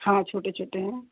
हाँ छोटे छोटे हैं